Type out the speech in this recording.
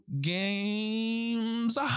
games